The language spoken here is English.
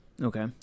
Okay